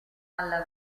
alla